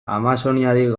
amazoniarik